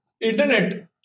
Internet